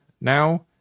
now